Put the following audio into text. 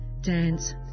dance